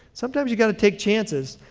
sometimes you've got to take chances,